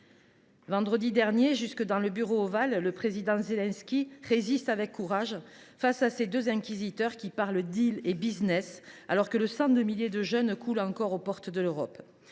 Vendredi dernier, jusque dans le Bureau ovale, le président Zelensky a résisté avec courage à ses deux inquisiteurs qui parlaient et, alors que le sang de milliers de jeunes coule encore aux portes de l’Europe.